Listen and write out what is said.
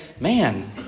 man